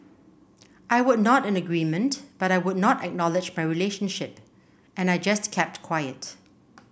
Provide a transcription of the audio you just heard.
I would nod in agreement but I would not acknowledge my relationship and I just kept quiet